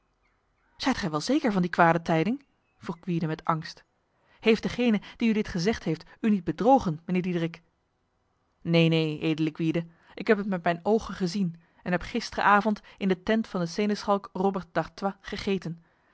zijt gij wel zeker van die kwade tijding vroeg gwyde met angst heeft degene die u dit gezegd heeft u niet bedrogen mijnheer diederik neen neen edele gwyde ik heb het met mijn ogen gezien en heb gisteravond in de tent van de seneschalk robert d'artois gegeten